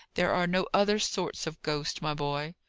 there are no other sorts of ghosts, my boy.